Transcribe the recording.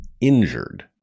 injured